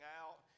out